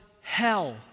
hell